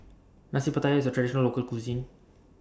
Nasi Pattaya IS A Traditional Local Cuisine